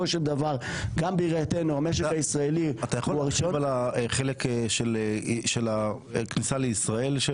אתה יכול להרחיב על החלק של הכניסה לישראל?